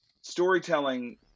storytelling